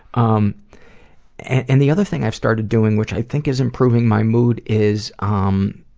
um and, the other thing, i've started doing, which i think is improving my mood is, um,